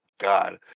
god